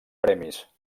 premis